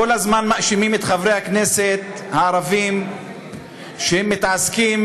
כל הזמן מאשימים את חברי הכנסת הערבים שהם מתעסקים